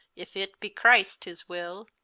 if itt be christ his will.